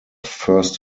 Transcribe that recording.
first